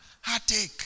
heartache